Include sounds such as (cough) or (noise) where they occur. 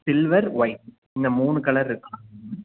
silver white இந்த மூணு colour இருக்கு (unintelligible)